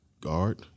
guard